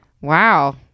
Wow